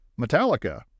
Metallica